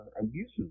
abusive